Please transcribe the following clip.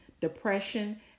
depression